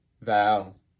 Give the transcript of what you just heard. Val